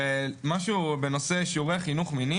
משהו בנושא שיעורי החינוך מיני